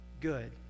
good